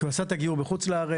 כי הוא עשה את הגיור בחוץ לארץ,